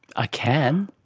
i can.